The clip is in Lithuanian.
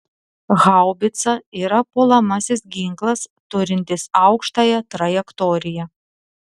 haubica yra puolamasis ginklas turintis aukštąją trajektoriją